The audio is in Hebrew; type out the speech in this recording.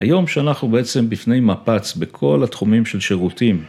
היום שאנחנו בעצם בפני מפץ בכל התחומים של שירותים.